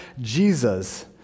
Jesus